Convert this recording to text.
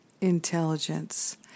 intelligence